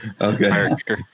Okay